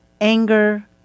anger